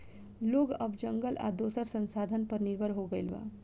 लोग अब जंगल आ दोसर संसाधन पर निर्भर हो गईल बा